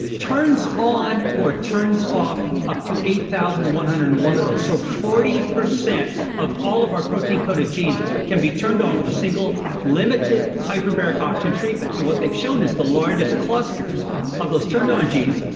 turns on or turns off up to eight thousand one hundred and one of those. so forty percent of all of our protein coated genes can be turned on with a single limited hyperbaric oxygen treatment. and what they've shown is the largest clusters of those turned on genes,